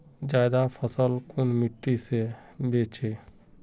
ज्यादा फसल कुन मिट्टी से बेचे?